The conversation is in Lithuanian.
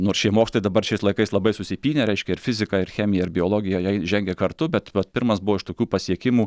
nors šie mokslai dabar šiais laikais labai susipynę reiškia ir fizika ir chemija ir biologija jie žengia kartu bet pirmas buvo iš tokių pasiekimų